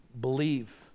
believe